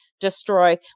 destroy